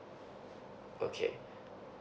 okay